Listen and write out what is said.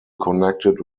connected